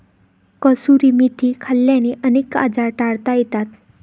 कसुरी मेथी खाल्ल्याने अनेक आजार टाळता येतात